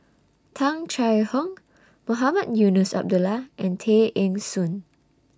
Tung Chye Hong Mohamed Eunos Abdullah and Tay Eng Soon